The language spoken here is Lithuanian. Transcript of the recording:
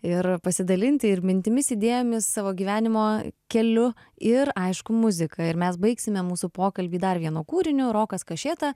ir pasidalinti ir mintimis idėjomis savo gyvenimo keliu ir aišku muzika ir mes baigsime mūsų pokalbį dar vienu kūriniu rokas kašėta